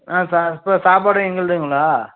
ஆ sir சாப்பாடும் எங்கள்துங்களா